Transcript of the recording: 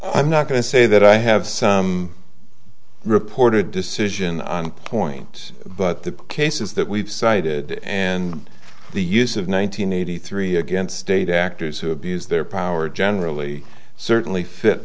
i'm not going to say that i have some reported decision on point but the cases that we've cited and the use of one nine hundred eighty three against state actors who abuse their power generally certainly fit